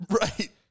Right